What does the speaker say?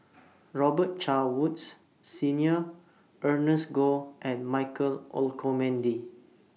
Robet Carr Woods Senior Ernest Goh and Michael Olcomendy